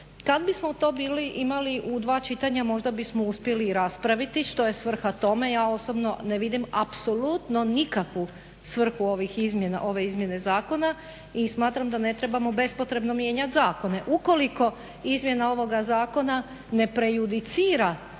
Kad bismo to bili imali u dva čitanja možda bismo uspjeli raspraviti. Što je svrha tome ja osobno ne vidim apsolutno nikakvu svrhu ove izmjene zakona i smatram da ne trebamo bespotrebno mijenjat zakone ukoliko izmjena ovoga zakona ne prejudicira